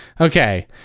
okay